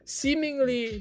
seemingly